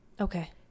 Okay